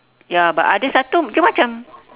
ya but ada satu macam-macam